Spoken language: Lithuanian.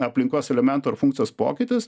aplinkos elemento ar funkcijos pokytis